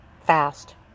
fast